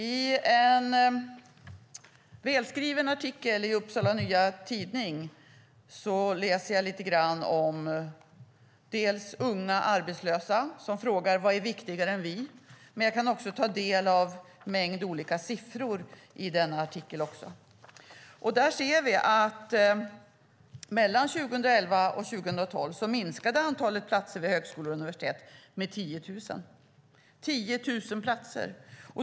I en välskriven artikel i Upsala Nya Tidning läser jag lite grann om unga arbetslösa som frågar: Vad är viktigare än vi? Jag kan också ta del av en mängd olika siffror i den artikeln. Där kan vi se att mellan 2011 och 2012 minskade antalet platser på högskolor och universitet med 10 000.